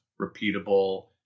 repeatable